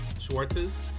Schwartz's